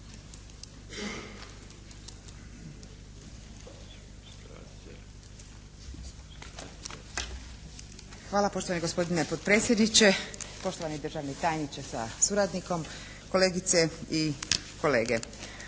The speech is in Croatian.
Hvala. Poštovani gospodine potpredsjedniče, poštovani državni tajniče sa suradnikom, kolegice i kolege.